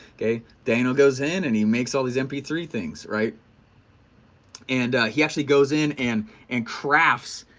okay, daniel goes in and he makes all these m p three things, right and he actually goes in and and crafts,